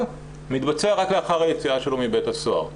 מתבצע רק לאחר היציאה שלו מבית הסוהר,